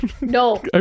No